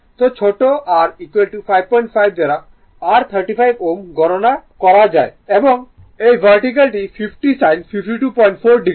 তো ছোট r 55 দ্বারা r 35 Ω গণনা পরে দেওয়া হয়েছে এবং এই ভার্টিকাল টি 50 sine 524o